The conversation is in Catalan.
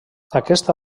aquesta